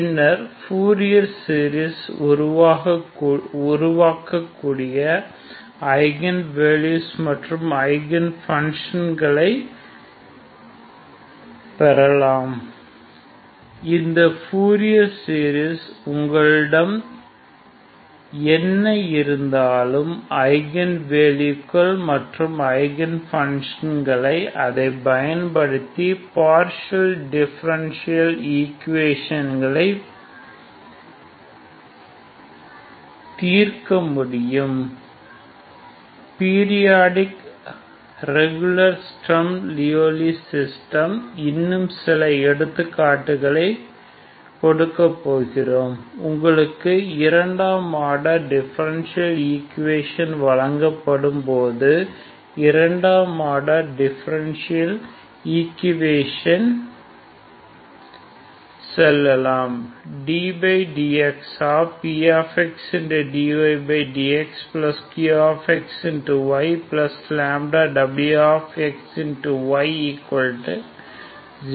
பின்னர் Fourier series உருவாக்கக்கூடிய eigen வேல்யூகள் மற்றும் ஐகன் ஃப்பங்க்ஷன் களை values பெறலாம் இந்த ஃப்பூரியர் சீரிஸ் உங்களிடம் என்ன இருந்தாலும் ஐகன் வேல்யூகள் மற்றும் ஐகன் ங்க்ஷன் களை values அதை பயன்படுத்தி பார்ஷியல் டிஃபரென்ஷியல் ஈக்குவேஷன் பிடித்திருக்க முடியும் periodic regular Sturm Liouville system இன்னும் சில எடுத்துக்காட்டுகள் கொடுக்கப் போகிறோம் உங்களுக்கு இரண்டாம் ஆர்டர் டிஃபரண்டியல் ஈக்குவேஷன் வழங்கப்படும்போது இரண்டாம் ஆர்டர் டிஃபரென்ஷியல் ஈக்குவேஷன் செல்லலாம்